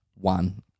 one